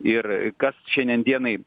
ir kas šiandien dienai